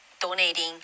donating